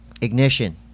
Ignition